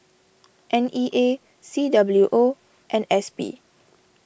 N E A C W O and S P